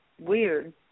weird